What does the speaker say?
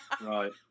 Right